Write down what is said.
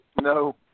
No